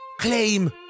claim